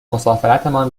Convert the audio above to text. مسافرتمان